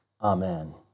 Amen